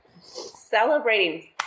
celebrating